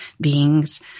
beings